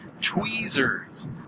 TWEEZERS